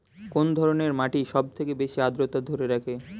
কোন ধরনের মাটি সবথেকে বেশি আদ্রতা ধরে রাখে?